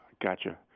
Gotcha